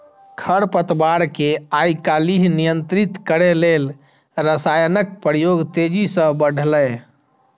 खरपतवार कें आइकाल्हि नियंत्रित करै लेल रसायनक प्रयोग तेजी सं बढ़लैए